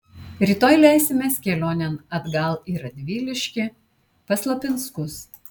rytoj leisimės kelionėn atgal į radviliškį pas lapinskus